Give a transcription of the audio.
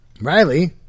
Riley